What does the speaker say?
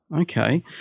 Okay